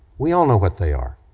we all know what they are.